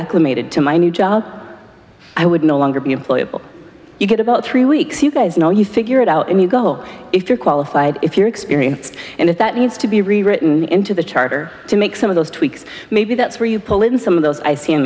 acclimated to my new job i would no longer be employable you get about three weeks you know you figure it out and you go if you're qualified if you're experienced and if that needs to be rewritten into the charter to make some of those tweaks maybe that's where you pull in some of those